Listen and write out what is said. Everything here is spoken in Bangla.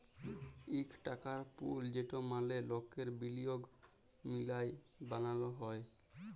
ইক টাকার পুল যেট ম্যালা লকের বিলিয়গ মিলায় বালাল হ্যয়